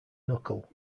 knuckle